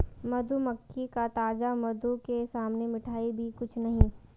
मधुमक्खी का ताजा मधु के सामने मिठाई भी कुछ नहीं